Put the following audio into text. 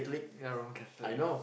ya lor Catholic ah